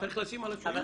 צריך לשים על השולחן.